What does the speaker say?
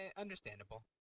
understandable